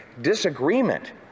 Disagreement